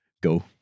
go